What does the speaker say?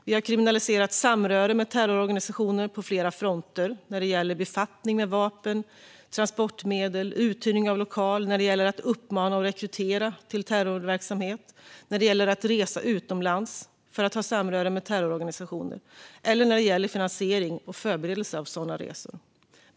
Vi har kriminaliserat samröre med terrororganisationer på flera fronter - när det gäller befattning med vapen, transportmedel och uthyrning av lokal, när det gäller att uppmana och rekrytera till terrorverksamhet, när det gäller att resa utomlands för att ha samröre med terrororganisationer eller när det gäller finansiering och förberedelse av sådana resor.